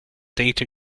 data